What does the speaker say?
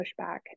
pushback